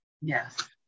Yes